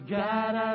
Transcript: God